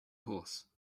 house